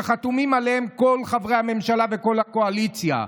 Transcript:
שחתומים עליהם כל חברי הממשלה וכל הקואליציה,